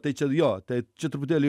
tai čia jo tai čia truputėlį